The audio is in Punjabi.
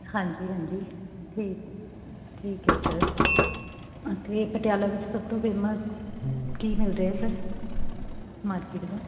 ਹਾਂਜੀ ਹਾਂਜੀ ਠੀਕ ਠੀਕ ਹੈ ਸਰ ਇੱਥੇ ਪਟਿਆਲਾ ਵਿੱਚ ਸਭ ਤੋਂ ਫੇਮਸ ਕੀ ਮਿਲ ਰਿਹਾ ਸਰ ਮਾਰਕੀਟ ਦਾ